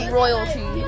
royalty